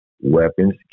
Weapons